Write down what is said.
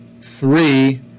three